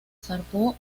zarpó